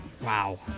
Wow